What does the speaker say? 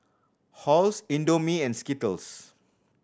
Halls Indomie and Skittles